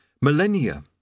Millennia